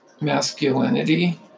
masculinity